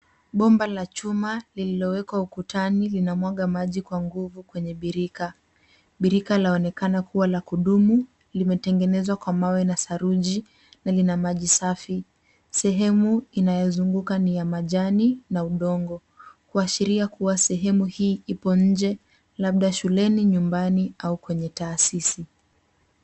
Bomba la chuma lililowekwa ukutani linamwaga maji kwa nguvu kwenye birika. Birika laonekana kuwa la kudumu, limetengenezwa kwa mawe na saruji na lina maji safi. Sehemu inayozunguka ni ya majani na udongo, kuashiria kuwa sehemu hii ipo nje labda shuleni, nyumbani au kwenye taasisi.